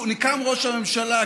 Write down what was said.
קם ראש הממשלה,